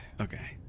Okay